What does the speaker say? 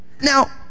Now